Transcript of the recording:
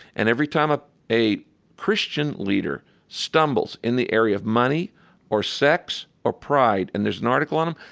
and every time ah a christian leader stumbles in the area of money or sex or pride and there's an article on them,